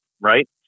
right